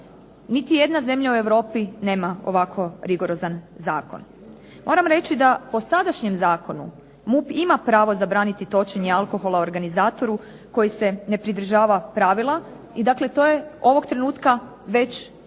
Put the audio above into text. Niti jedna zemlja u Europi nema ovako rigorozan zakon. Moram reći da po sadašnjem zakonu MUP ima pravo zabraniti točenje alkohola organizatoru koji se ne pridržava pravila i dakle, to je ovog trenutka već